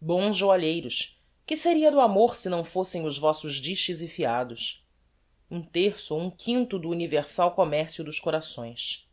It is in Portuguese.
bons joalheiros que seria do amor se não fossem os vossos dixes e fiados um terço ou um quinto do universal commercio dos corações